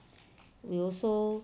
we also